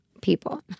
people